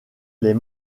les